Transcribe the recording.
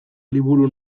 liburu